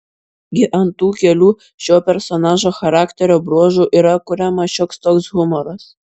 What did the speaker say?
gi ant tų kelių šio personažo charakterio bruožų yra kuriamas šioks toks humoras